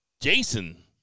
Jason